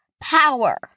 power